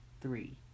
three